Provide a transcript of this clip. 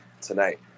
tonight